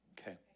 Okay